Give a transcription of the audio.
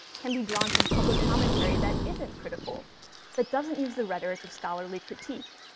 can be drawn from public commentary that isn't critical but doesn't use the rhetoric of scholarly critique,